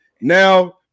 Now